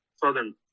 Southern